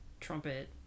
trumpet